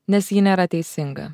nes ji nėra teisinga